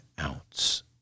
ounce